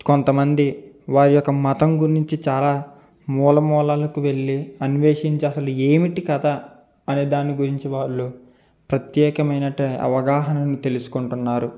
కొంతమంది వారి యొక్క మతం గురించి చాలా మూల మూలలకు వెళ్లి అన్వేషించి అసలు ఏమిటి కథ అనే దాని గురించి వాళ్ళు ప్రత్యేకమైన అవగాహనను తెలుసుకుంటున్నారు